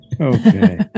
Okay